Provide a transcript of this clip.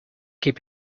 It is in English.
keep